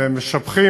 והם משבחים,